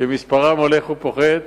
שמספרם הולך ופוחת,